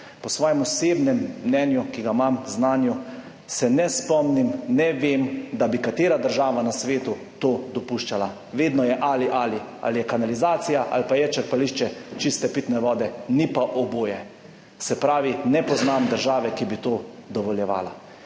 Po svojem osebnem mnenju, ki ga imam, znanju, se ne spomnim, ne vem, da bi katera država na svetu to dopuščala, vedno je ali-ali, ali je kanalizacija ali pa je črpališče čiste pitne vode, ni pa oboje. Se pravi, ne poznam države, ki bi to dovoljevala.